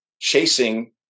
chasing